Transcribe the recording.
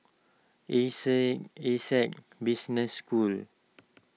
E C Essec Business School